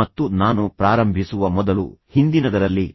ಮತ್ತು ನಾನು ಪ್ರಾರಂಭಿಸುವ ಮೊದಲು ಹಿಂದಿನದರಲ್ಲಿ